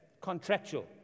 contractual